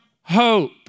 hope